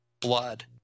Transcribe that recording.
Blood